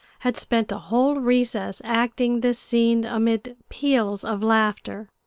had spent a whole recess acting this scene amid peals of laughter.